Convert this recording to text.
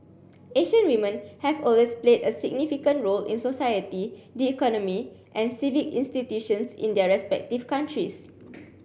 Asian women have always played a significant role in society the economy and civic institutions in their respective countries